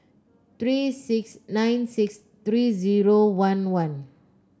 three six nine six three zero one one